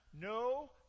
No